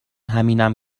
همینم